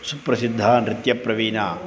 सुप्रसिद्धा नृत्यप्रवीणा